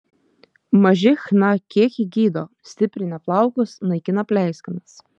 maži chna kiekiai gydo stiprina plaukus naikina pleiskanas